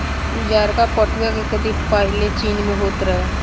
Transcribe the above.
उजारका पटुआ के खेती पाहिले चीन में होत रहे